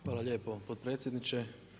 Hvala lijepo potpredsjedniče.